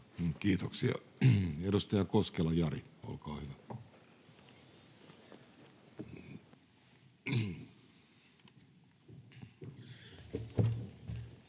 Kiitoksia. — Edustaja Koskela, Jari, olkaa hyvä.